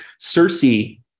Cersei